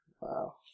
wow